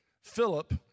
Philip